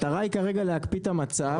המטרה היא כרגע להקפיא את המצב כדי לחכות להמלצות,